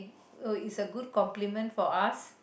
oh is a good compliment for us